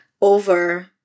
over